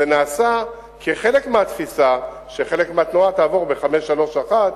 זה נעשה כחלק מהתפיסה שחלק מהתנועה תעבור ב-531,